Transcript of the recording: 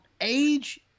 age